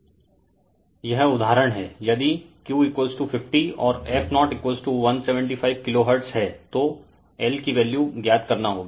Refer Slide Time 0043 यह उदाहरण है यदि Q50 और f0 175 किलो हर्ट्ज हैं तो L की वैल्यू ज्ञात करना होगी